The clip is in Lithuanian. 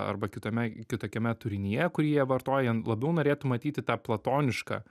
arba kitome kitokiame turinyje kurį jie vartoja n labiau norėtų matyti tą platonišką